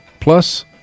plus